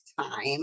time